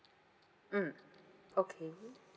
mm okay